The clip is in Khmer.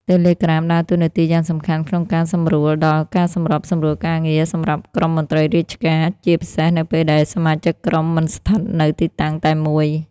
Telegram ដើរតួនាទីយ៉ាងសំខាន់ក្នុងការសម្រួលដល់ ការសម្របសម្រួលការងារ សម្រាប់ក្រុមមន្ត្រីរាជការ ជាពិសេសនៅពេលដែលសមាជិកក្រុមមិនស្ថិតនៅទីតាំងតែមួយ។